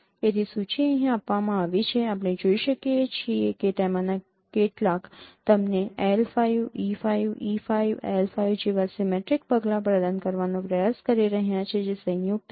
તેથી સૂચિ અહીં આપવામાં આવી છે આપણે જોઈ શકીએ છીએ કે તેમાંના કેટલાક તમને L 5 E 5 E 5 L 5 જેવા સિમેટ્રિક પગલાં પ્રદાન કરવાનો પ્રયાસ કરી રહ્યાં છે જે સંયુક્ત છે